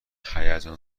هیجان